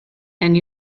and